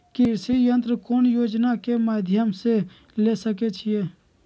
कृषि यंत्र कौन योजना के माध्यम से ले सकैछिए?